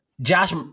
Josh